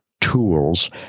tools